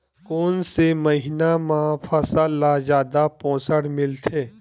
कोन से महीना म फसल ल जादा पोषण मिलथे?